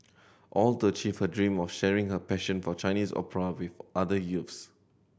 all to achieve her dream of sharing her passion for Chinese opera with other youths